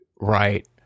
Right